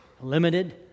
Limited